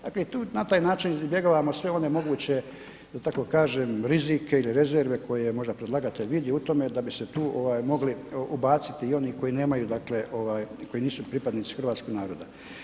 Dakle i tu na taj način izbjegavamo sve one moguće da tako kažem rizike ili rezerve koje možda predlagatelj vidi u tome da bi se tu mogli ubaciti i oni koji nemaju dakle koji nisu pripadnici hrvatskog naroda.